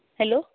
hello